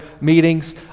meetings